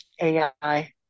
AI